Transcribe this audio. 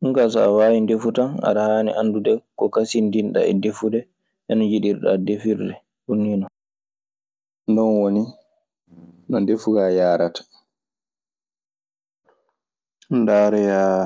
Ɗunkayi so a waawii ndefu tan, aɗa haani anndude ko kasindinɗaa e defude e no njiɗirɗaa defirde. Ɗun nii non. Non woni no ndefu kaa yaarata. Ndaaroyaa